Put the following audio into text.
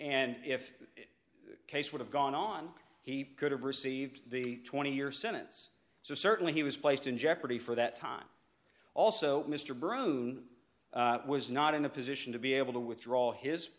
and if the case would have gone on he could have received the twenty year sentence so certainly he was placed in jeopardy for that time also mr broom was not in a position to be able to withdraw his